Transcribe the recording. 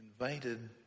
invited